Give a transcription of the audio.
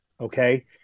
Okay